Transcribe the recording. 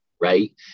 right